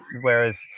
whereas